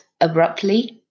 abruptly